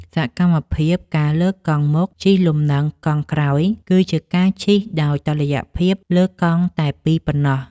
សកម្មភាព ការលើកកង់មុខជិះលំនឹងកង់ក្រោយ គឺជាការជិះដោយតុល្យភាពលើកង់តែពីរប៉ុណ្ណោះ។